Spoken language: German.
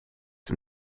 dem